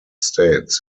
states